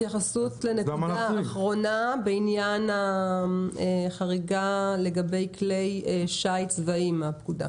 התייחסות לנקודה האחרונה בעניין החריגה לגבי כלי שיט צבאיים מהפקודה.